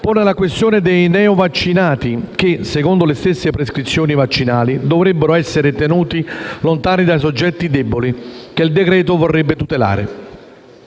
pone la questione dei neo vaccinati che, secondo le stesse prescrizioni vaccinali, dovrebbero essere tenuti lontani dai soggetti deboli che il decreto vorrebbe tutelare;